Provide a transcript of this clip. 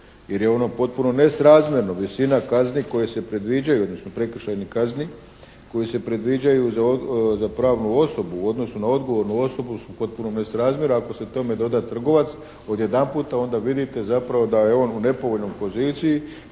jer je ono potpuno nesrazmjerno. Visina kazni koje se predviđaju, odnosno prekršajnih kazni koje se predviđaju za pravnu osobu u odnosu na odgovornu osobu su potpuno nesrazmjerne ako se tome doda trgovac, odjedanputa onda vidite zapravo da je on u nepovoljnoj poziciji